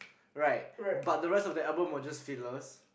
right but the rest of their album was just fillers